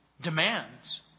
demands